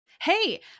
Hey